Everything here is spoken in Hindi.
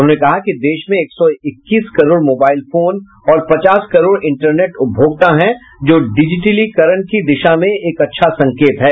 उन्होंने कहा कि देश में एक सौ इक्कीस करोड़ मोबाइल फोन और पचास करोड़ इंटरनेट उपभोक्ता हैं जो डिजिटीकरण की दिशा में एक अच्छा संकेत है